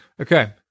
Okay